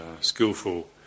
skillful